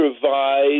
provide